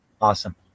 Awesome